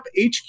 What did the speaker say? HQ